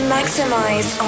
Maximize